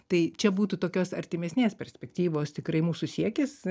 tai čia būtų tokios artimesnės perspektyvos tikrai mūsų siekis